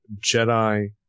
jedi